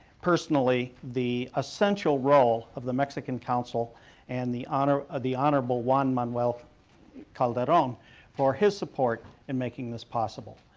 personally, the essential role of the mexican consul and the honorable the honorable juan manuel calderon for his support in making this possible.